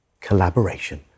collaboration